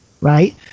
right